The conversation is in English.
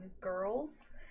girls